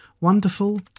wonderful